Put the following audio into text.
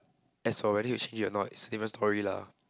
as for or not it's different story lah